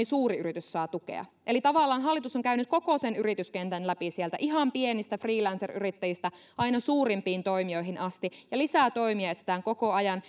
suuri yritys saa tukea eli tavallaan hallitus on käynyt koko yrityskentän läpi ihan sieltä pienistä freelanceryrittäjistä aina suurimpiin toimijoihin asti ja lisää toimia etsitään koko ajan